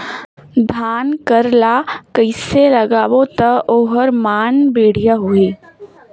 धान कर ला कइसे लगाबो ता ओहार मान बेडिया होही?